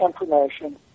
information